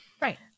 Right